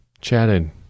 chatted